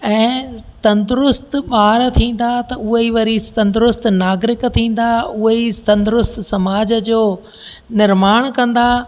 ऐं तंदुरुस्त ॿार थींदा त उहे ई वरी तंदुरुस्त नागरिक थींदा उहे ई तंदुरुस्त समाज जो निर्माण कंदा